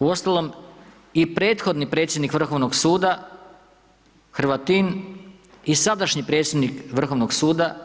Uostalom, i prethodni predsjednik Vrhovnog suda, Hrvatin i sadašnji predsjednik Vrhovnog suda,